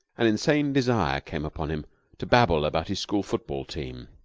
an insane desire came upon him to babble about his school football team.